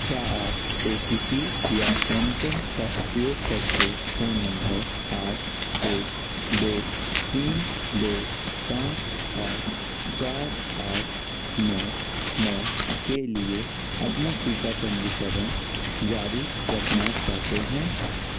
क्या आप O T P या एम पिन का उपयोग करके फोन नम्बर आठ एक दो तीन दो पाँच आठ चार आठ नौ नौ के लिए अपना टीका पंजीकरण जारी रखना चाहते हैं